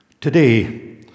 Today